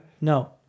No